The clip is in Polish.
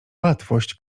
łatwość